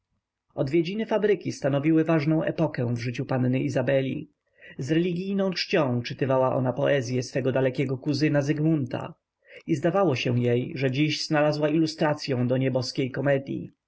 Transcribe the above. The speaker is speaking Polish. odwiedziny fabryki stanowiły ważną epokę w życiu panny izabeli z religijną czcią czytywała ona poezye swego dalekiego kuzyna zygmunta i zdawało się jej że dziś znalazła ilustracyą do nie-boskiej komedyi